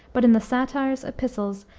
but in the satires, epistles,